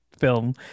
film